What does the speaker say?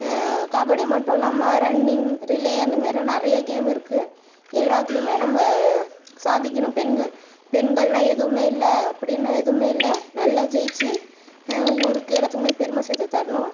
கபடி மட்டும் இல்லாமல் running relay அந்த மாதிரிலாம் நிறைய கேம் இருக்குது எல்லாத்துலேயுமே நம்ம சாதிக்கணும் பெண்கள் பெண்கள்லாம் எதுவுமே இல்லை அப்படின்னு எதுவுமே இல்லை நல்லா ஜெயித்து ஊருக்கு எல்லாத்துக்குமே பெருமை சேர்த்து தரணும்